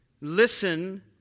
Listen